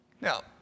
Now